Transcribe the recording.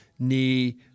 Knee